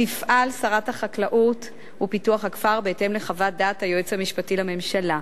תפעל שרת החקלאות ופיתוח הכפר בהתאם לחוות דעת היועץ המשפטי לממשלה.